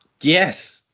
Yes